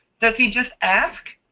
does he just ask?